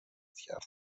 کرد